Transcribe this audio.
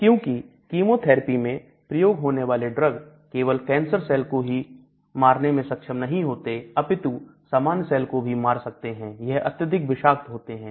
क्योंकि कीमोथेरेपी में प्रयोग होने वाले ड्रग केवल कैंसर सेल को ही मारने में सक्षम नहीं होते अपितु सामान्य सेल को भी मार सकते हैं यह अत्यधिक विषाक्त होते हैं